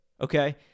Okay